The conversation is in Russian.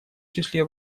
числе